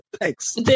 thanks